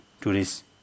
tourists